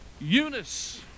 Eunice